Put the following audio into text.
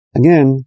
again